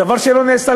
דבר שלא נעשה,